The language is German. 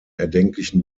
erdenklichen